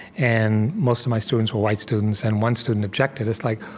and most of my students were white students, and one student objected it's like,